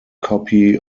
copy